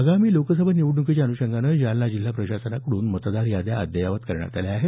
आगामी लोकसभा निवडण्कीच्या अन्षंगानं जालना जिल्हा प्रशासनाकडून मतदार याद्या अद्ययावत करण्यात आल्या आहेत